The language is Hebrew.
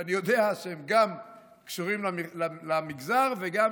שאני יודע שהם גם קשורים למגזר וגם,